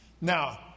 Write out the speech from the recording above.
Now